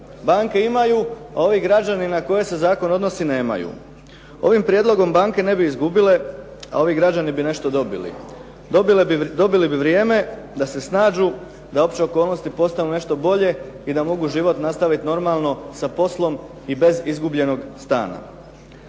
Banke imaju, a ovi građani na koje se zakon odnosi nemaju. Ovim prijedlogom banke ne bi izgubile, a ovi građani bi nešto dobili. Dobili bi vrijeme da se snađu, da opće okolnosti postanu nešto bolje i da mogu život nastaviti normalno sa poslom i bez izgubljenog stana.